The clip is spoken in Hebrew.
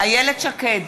איילת שקד,